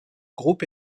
groupe